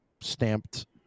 stamped